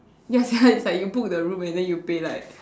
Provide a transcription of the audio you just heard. ya sia it's like you book the room and then you pay like